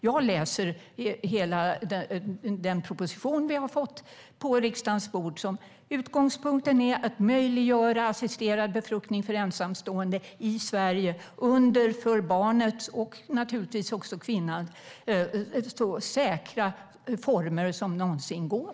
Jag har läst den proposition som vi har fått på riksdagens bord där utgångspunkten är att möjliggöra assisterad befruktning för ensamstående i Sverige under för barnet - och naturligtvis också för kvinnan - så säkra former som någonsin går.